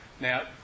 Now